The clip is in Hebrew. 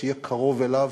שיהיה קרוב אליהן.